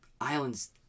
Island's